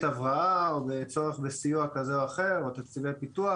הבראה או בצורך בסיוע כזה או אחר או תקציבי פיתוח.